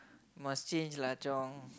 must change lah Chong